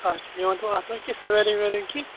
اچھا یہِ ؤنۍتَو اَتھ ما سُویٚلِنٛگ وِویٚلِنٛگ کیٚنٛہہ